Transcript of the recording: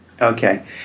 Okay